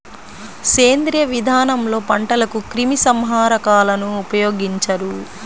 సేంద్రీయ విధానంలో పంటలకు క్రిమి సంహారకాలను ఉపయోగించరు